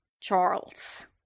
charles